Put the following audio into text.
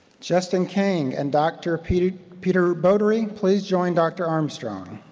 justin kang and dr. peter peter bodary, please join dr. armstrong.